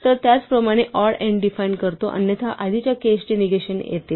तर त्याचप्रमाणे odd n define करतो अन्यथा आधीच्या केसचे निगेशन येते